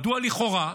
מדוע לכאורה?